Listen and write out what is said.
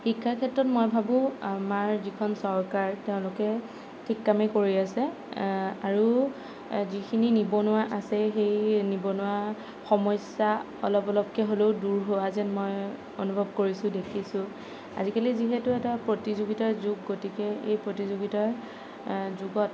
শিক্ষাৰ ক্ষেত্ৰত মই ভাবো আমাৰ যিখন চৰকাৰ তেওঁলোকে ঠিক কামেই কৰি আছে আৰু যিখিনি নিবনুৱা আছে সেই নিবনুৱা সমস্যা অলপ অলপকৈ হ'লেও দূৰ হোৱা যেন মই অনুভৱ কৰিছোঁ দেখিছোঁ আজিকালি যিহেতু এটা প্ৰতিযোগিতাৰ যুগ গতিকে এই প্ৰতিযোগিতাৰ যুগত